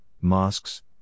mosques